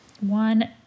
One